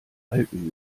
alten